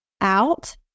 out